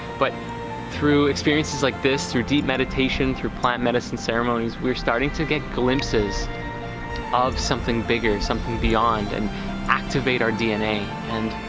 but through experiences like this through deep meditation through plant medicine ceremonies. we're starting to get glimpses of something bigger something beyond and activate our dna and